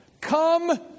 come